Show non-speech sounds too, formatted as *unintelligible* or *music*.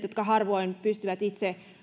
*unintelligible* jotka harvoin pystyvät itse